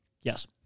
Yes